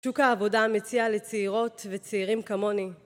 שוק העבודה מציע לצעירות וצעירים כמוני